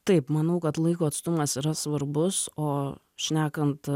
taip manau kad laiko atstumas yra svarbus o šnekant